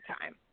time